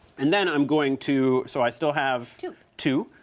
and then i'm going to, so i still have two. two.